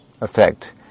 effect